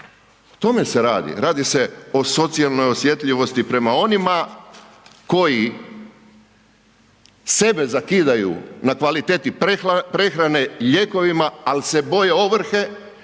O tome se radi. Radi se o socijalnoj osjetljivosti prema onima koji sebe zakidaju na kvaliteti prehrane, lijekovima, ali se boje ovrhe,